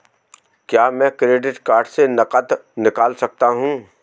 क्या मैं credit card से नकद निकाल सकता हूँ?